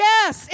Yes